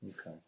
Okay